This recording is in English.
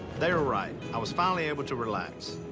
they were right i was finally able to relax,